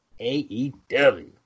AEW